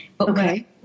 Okay